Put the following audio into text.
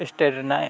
state ᱨᱮᱱᱟᱜ